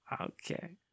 Okay